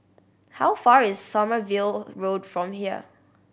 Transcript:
how far s Sommerville Road from here